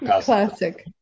Classic